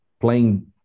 playing